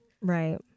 Right